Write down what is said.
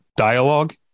Dialogue